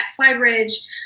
Flybridge